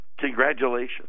Congratulations